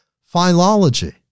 philology